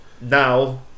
now